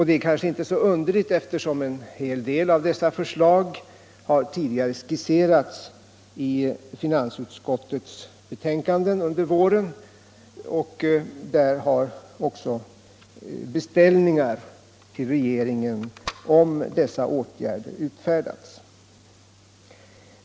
Det är kanske inte så underligt eftersom en hel del av dessa förslag tidigare har skisserats i finansutskottets betänkanden under våren. Där har också beställningar till regeringen om dessa åtgärder utfärdats.